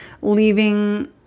leaving